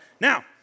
Now